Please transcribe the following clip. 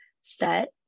set